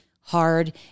hard